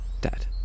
dead